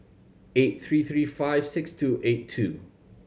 eight three three five six two eight two